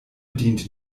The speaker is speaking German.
dient